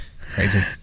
Crazy